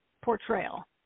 portrayal